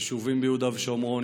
יישובים ביהודה ושומרון,